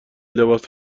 لباس